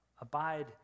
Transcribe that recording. abide